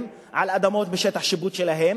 על אדמות בשטח השיפוט שלהם,